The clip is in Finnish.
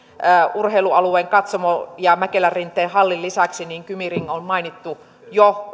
urheilualueen katsomon ja mäkelänrinteen hallin lisäksi kymi ring on mainittu jo